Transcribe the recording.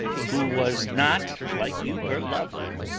who was not, like you, her lover,